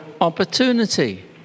opportunity